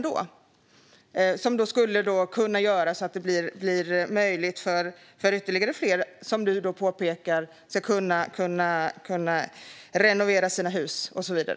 Detta skulle kunna göra det möjligt för att ytterligare fler kan renovera sina hus, som Birger Lahti påpekar.